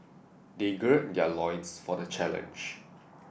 they gird their loins for the challenge